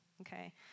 Okay